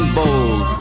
bold